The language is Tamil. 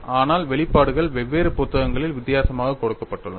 ஆனால் வெளிப்பாடுகள் வெவ்வேறு புத்தகங்களில் வித்தியாசமாக கொடுக்கப்பட்டுள்ளன